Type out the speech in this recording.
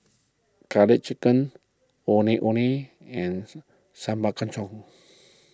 Garlic Chicken Ondeh Ondeh and Sambal Kangkongs